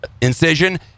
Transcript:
incision